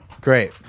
Great